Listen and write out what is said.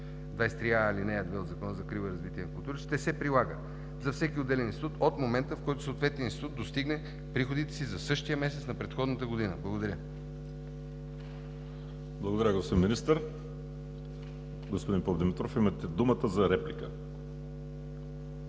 23а, ал. 2 от Закона за закрила и развитие на културата ще се прилага за всеки отделен институт от момента, в който съответният институт достигне приходите си за същия месец на предходната година. Благодаря. ПРЕДСЕДАТЕЛ ВАЛЕРИ СИМЕОНОВ: Благодаря, господин Министър. Господин Попдимитров, имате думата за реплика.